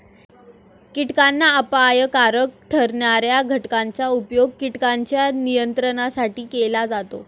कीटकांना अपायकारक ठरणार्या घटकांचा उपयोग कीटकांच्या नियंत्रणासाठी केला जातो